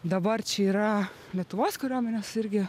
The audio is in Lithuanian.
dabar čia yra lietuvos kariuomenės irgi